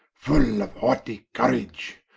full of haughtie courage,